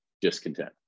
discontent